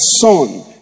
son